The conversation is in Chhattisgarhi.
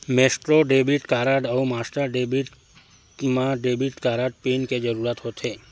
मेसट्रो डेबिट कारड अउ मास्टर डेबिट म डेबिट कारड पिन के जरूरत होथे